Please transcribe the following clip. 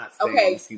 okay